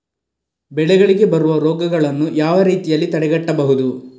ಬೆಳೆಗಳಿಗೆ ಬರುವ ರೋಗಗಳನ್ನು ಯಾವ ರೀತಿಯಲ್ಲಿ ತಡೆಗಟ್ಟಬಹುದು?